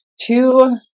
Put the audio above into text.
two